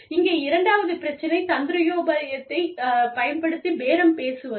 இங்கே இரண்டாவது பிரச்சினை தந்திரோபாயத்தைப் பயன்படுத்தி பேரம் பேசுவது